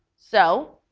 so